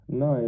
no